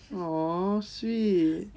aw sweet